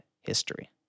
history